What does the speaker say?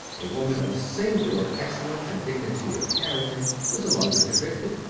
a woman of singular excellence and dignity of character, was among the convicted.